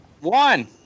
One